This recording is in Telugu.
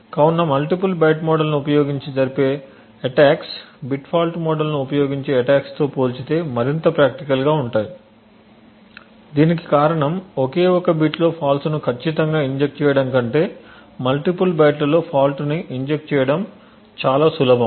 కావున మల్టిపుల్ బైట్ మోడల్ను ఉపయోగించి జరిపే అటాక్స్ బిట్ ఫాల్ట్ మోడల్ను ఉపయోగించే అటాక్స్ తో పోల్చితే మరింత ప్రాక్టికల్గా ఉంటాయి దీనికి కారణం ఒకే ఒక బిట్లో ఫాల్ట్స్ ను ఖచ్చితంగా ఇంజెక్ట్ చేయడం కంటే మల్టిపుల్ బైట్లలో ఫాల్ట్స్ ని ఇంజెక్ట్ చేయడం చాలా సులభం